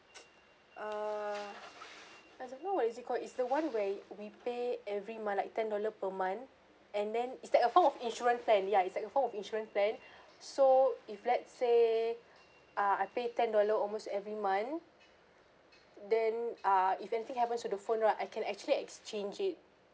uh as I know what is it called it's the one where we pay every month like ten dollar per month and then it's like a form of insurance plan ya it's like a form of insurance plan so if let's say ah I pay ten dollar almost every month then ah if anything happens to the phone right I can actually exchange it